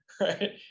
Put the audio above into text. right